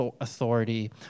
authority